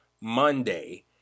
monday